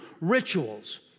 rituals